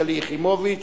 שלי יחימוביץ